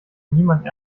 niemand